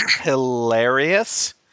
hilarious